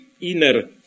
inner